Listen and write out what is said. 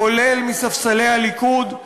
כולל מספסלי הליכוד,